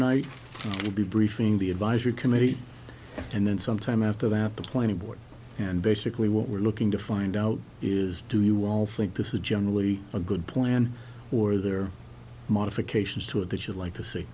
night will be briefing the advisory committee and then sometime after that the planning board and basically what we're looking to find out is do you all think this is generally a good plan or there modifications to it that you'd like to s